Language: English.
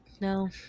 No